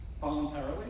voluntarily